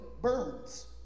burns